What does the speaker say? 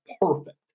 perfect